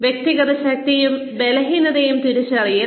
വ്യക്തിഗത ശക്തിയും ബലഹീനതയും തിരിച്ചറിയൽ